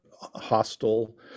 hostile